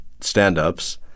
stand-ups